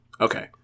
Okay